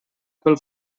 pel